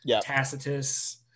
Tacitus